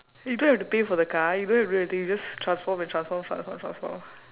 you don't have to pay for the car you don't have to do anything you just transform and transform trans~ trans~ transform